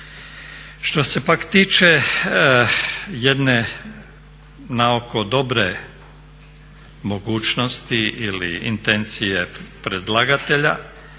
Što se pak tiče jedne naoko dobre mogućnosti ili intencije predlagatelja